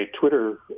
twitter